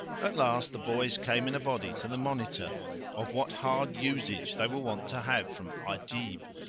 at last the boys came in a body to the monitor of what hard usage they were wont to have from ajib,